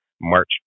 March